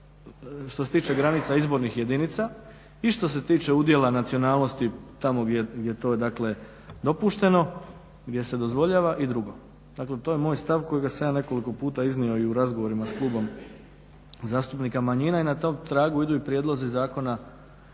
što se tiče granica izbornih jedinica i što se tiče udjela nacionalnosti tamo gdje je to dakle dopušteno gdje se dozvoljava i drugo. Dakle, to je moj stav kojega sam ja nekoliko puta iznio i u razgovorima s Klubom zastupnika manjina i na tom tragu idu i prijedlozi zakona